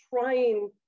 trying